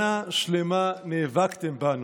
שנה שלמה נאבקתם בנו.